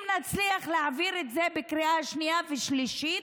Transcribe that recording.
אם נצליח להעביר את זה בקריאה שנייה ושלישית,